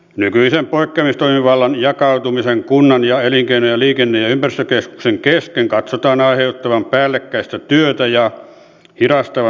nykyisen poikkeamistoimivallan jakautumisen kunnan sekä elinkeino liikenne ja ympäristökeskuksen kesken katsotaan aiheuttavan päällekkäistä työtä ja hidastavan lupamenettelyjä